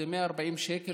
וזה 140 שקל,